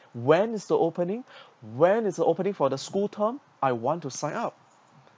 when is the opening when is opening for the school term I want to sign up